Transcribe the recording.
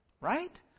Right